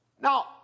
Now